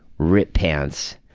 rip pants,